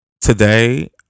Today